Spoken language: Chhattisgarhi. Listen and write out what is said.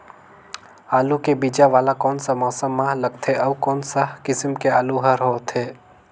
आलू के बीजा वाला कोन सा मौसम म लगथे अउ कोन सा किसम के आलू हर होथे?